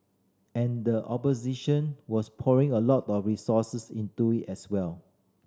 and the opposition was pouring a lot of resources into it as well